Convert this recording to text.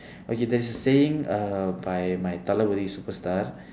okay there's a saying uh by my Thalapathy superstar